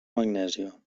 magnèsia